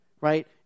right